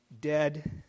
dead